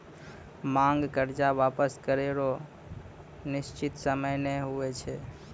मांग कर्जा वापस करै रो निसचीत सयम नै हुवै छै